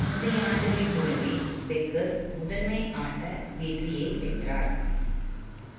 முந்தையை ஆண்டுகளைப் போலவே பெக்கர்ஸ் முதன்மை ஆட்ட வெற்றியை பெற்றார்